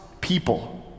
people